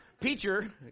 Peter